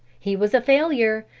he was a failure,